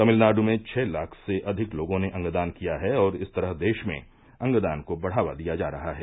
तमिलनाड् में छह लाख से अधिक लोगों ने अंगदान किया है और इस तरह देश में अंगदान को बढ़ावा दिया जा रहा है